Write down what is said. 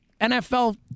NFL